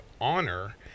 honor